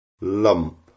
Lump